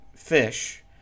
fish